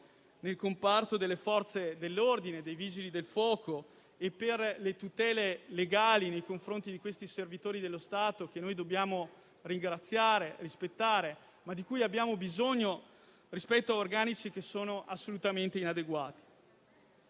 nel comparto delle Forze dell'ordine e dei Vigili del Fuoco e per le tutele legali nei confronti di questi servitori dello Stato, che noi dobbiamo ringraziare e rispettare e che hanno organici assolutamente inadeguati.